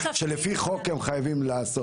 שלפי חוק הם חייבים לעשות.